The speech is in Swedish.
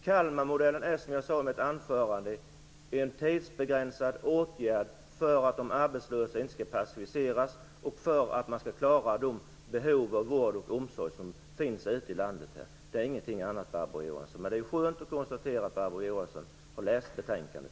Kalmarmodellen är, som jag sade i mitt anförande, en tidsbegränsad åtgärd för att de arbetslösa inte skall passiviseras och för att klara de behov av vård och omsorg som finns ute i landet. Det är ingenting annat, Barbro Johansson. Det är skönt att konstatera att Barbro Johansson har läst betänkandet.